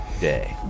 day